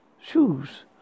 Shoes